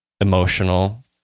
emotional